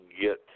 get